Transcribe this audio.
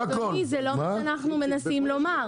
אבל אדוני, זה לא מה שאנחנו מנסים לומר.